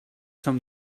som